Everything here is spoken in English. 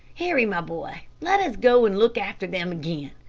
harry, my boy, let us go and look after them again.